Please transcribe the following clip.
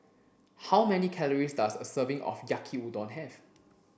how many calories does a serving of Yaki Udon have